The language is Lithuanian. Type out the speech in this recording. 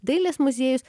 dailės muziejus